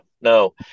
no